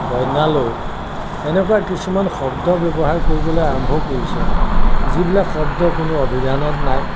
গইনা লৈ এনেকুৱা কিছুমান শব্দ ব্যৱহাৰ কৰিবলৈ আৰম্ভ কৰিছে যিবিলাক শব্দ কোনো অভিধানত নাই